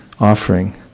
offering